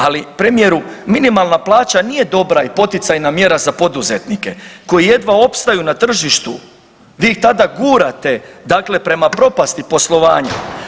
Ali premijeru minimalna plaća nije dobra i poticajna mjera za poduzetnike koji jedva opstaju na tržištu, vi ih tada gurate dakle prema propasti poslovanja.